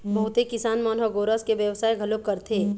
बहुते किसान मन ह गोरस के बेवसाय घलोक करथे